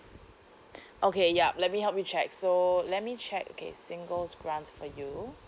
okay yup let me help you check so let me check okay single's grant for you